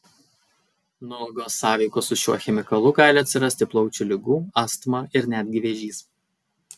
nuo ilgos sąveikos su šiuo chemikalu gali atsirasti plaučių ligų astma ir netgi vėžys